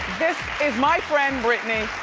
this is my friend britney.